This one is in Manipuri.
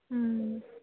ꯎꯝ